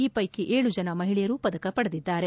ಈ ಪೈಕಿ ಏಳು ಜನ ಮಹಿಳೆಯರೂ ಪದಕ ಪಡೆದಿದ್ದಾರೆ